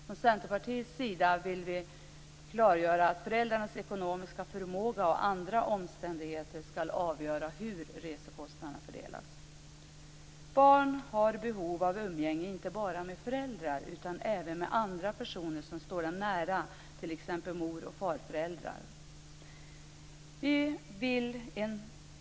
Från Centerpartiets sida vill vi klargöra att föräldrarnas ekonomiska förmåga och andra omständigheter skall avgöra hur resekostnaderna skall fördelas. Barn har behov av umgänge inte bara med föräldrar utan även med andra personer som står dem nära, t.ex. mor och farföräldrar.